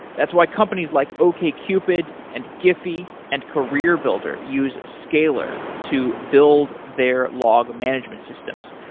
that's why companies like okcupid and giphy and career builder use scalyr to build their log management systems.